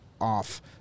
off